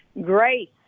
grace